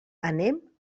anem